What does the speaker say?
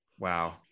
wow